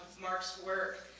mark's work,